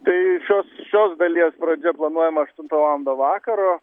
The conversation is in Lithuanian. tai šios šios dalies pradžia planuojama aštuntą valandą vakaro